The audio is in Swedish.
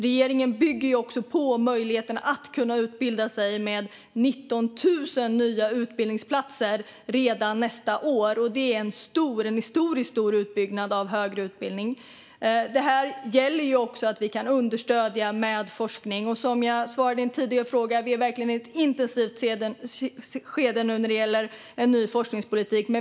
Regeringen bygger ut möjligheten att utbilda sig genom 19 000 nya utbildningsplatser redan nästa år. Det är en historiskt stor utbyggnad av högre utbildning. Det gäller att vi kan understödja detta med forskning. Som jag svarade på en tidigare fråga är det verkligen ett intensivt skede nu när det gäller en ny forskningspolitik.